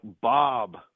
Bob